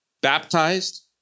baptized